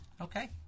Okay